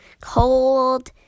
cold